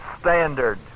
standard